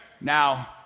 Now